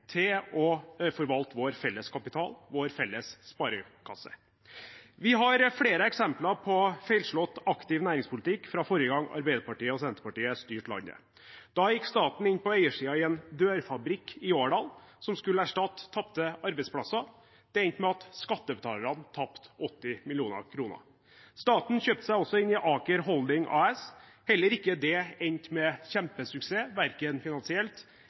til å forvalte vår felles kapital, vår felles sparekasse. Vi har flere eksempler på feilslått aktiv næringspolitikk fra forrige gang Arbeiderpartiet og Senterpartiet styrte landet. Da gikk staten inn på eiersiden i en dørfabrikk i Årdal. Den skulle erstatte tapte arbeidsplasser. Det endte med at skattebetalerne tapte 80 mill. kr. Staten kjøpte seg også inn i Aker Holding AS; heller ikke det endte med kjempesuksess, hverken finansielt